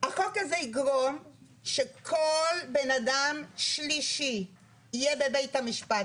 החוק הזה יגרום שכל בן אדם שלישי יהיה בבית המשפט.